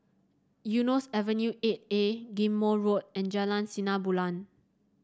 Eunos Avenue Eight A Ghim Moh Road and Jalan Sinar Bulan